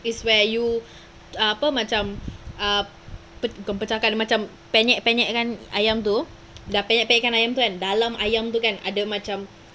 it's where you err apa macam err pu~ pecahkan macam penyet-penyet kan ayam tu dah penyet-penyetkan ayam tu kan dalam ayam tu kan ada macam